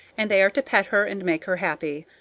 and they are to pet her and make her happy.